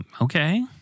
Okay